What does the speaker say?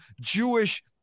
Jewish